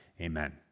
Amen